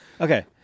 Okay